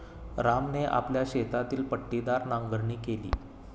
रामने आपल्या शेतातील पट्टीदार नांगरणी केली